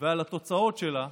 ועל התוצאות שלה,